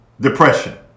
depression